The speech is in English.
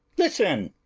listen!